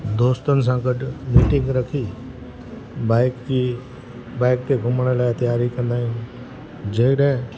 दोस्तनि सां गॾु मीटिंग रखी बाइक जी बाइक पे घुमण लाइ तयारी कंदा आहियूं जॾहिं